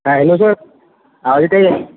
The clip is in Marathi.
हा हॅलो सर आवाज येतं आहे काय